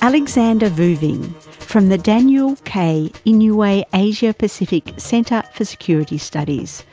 alexander vuving from the daniel k inouye asia-pacific center for security studies